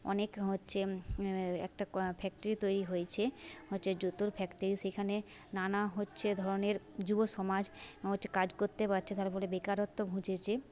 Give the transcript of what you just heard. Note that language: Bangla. অনেক হচ্ছে একটা ক ফ্যাক্টরি তৈরি হয়েছে হচ্ছে জুতোর ফ্যাক্টরি সেখানে নানা হচ্ছে ধরনের যুবসমাজ হচ্ছে কাজ করতে পারছে তার ফলে বেকারত্ব ঘুচেছে